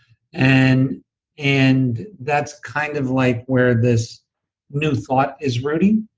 and and that's kind of like where this new thought is rooting,